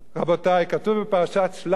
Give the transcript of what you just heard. רבותי, כתוב בפרשת שלח,